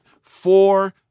four